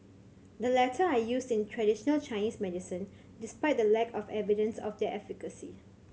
the latter are used in traditional Chinese medicine despite the lack of evidence of their efficacy